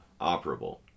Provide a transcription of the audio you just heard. operable